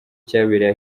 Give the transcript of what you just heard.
cyabereye